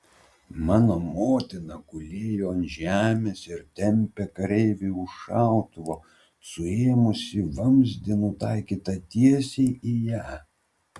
mano motina gulėjo ant žemės ir tempė kareivį už šautuvo suėmusį vamzdį nutaikytą tiesiai į ją